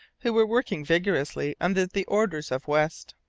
who were working vigorously under the orders of west.